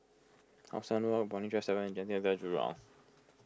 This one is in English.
How Sun Walk Brani Drive seven and Genting Hotel Jurong